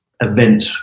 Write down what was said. event